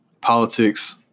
politics